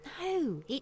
No